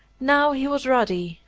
now he was ruddy,